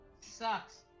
Sucks